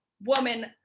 woman